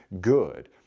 good